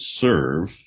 serve